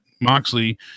Moxley